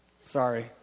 sorry